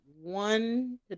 One